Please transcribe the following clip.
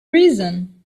reason